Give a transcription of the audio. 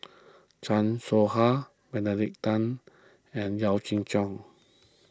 Chan Soh Ha Benedict Tan and Yaw Shin